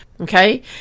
okay